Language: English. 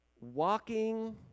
walking